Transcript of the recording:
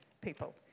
people